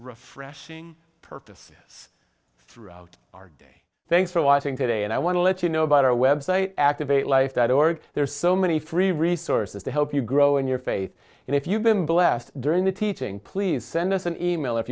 refreshing purpose throughout our day thanks for watching today and i want to let you know about our web site activate life that org there are so many free resources to help you grow in your faith and if you've been blessed during the teaching please send us an e mail if